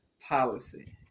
policy